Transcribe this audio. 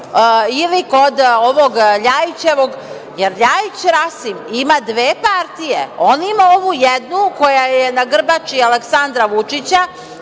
ili kod ovog LJajićevog, jer LJajić Rasim ima dve partije. On ima ovu jednu koja je na grbači Aleksandra Vučića